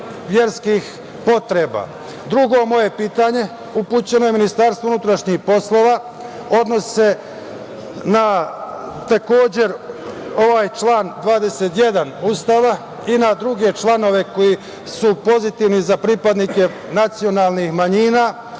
moje pitanje upućeno je Ministarstvu unutrašnjih poslova, odnosi se na član 21. Ustava i na druge članove koji su pozitivni za pripadnike nacionalnih manjina,